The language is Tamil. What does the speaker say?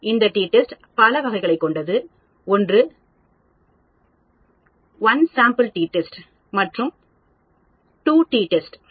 இந்த டி டெஸ்ட் பல வகைகளைக் கொண்டது அவை ஒன்று சாம்பிள் டி டெஸ்ட்மற்றும் 2 டி டெஸ்ட்two T test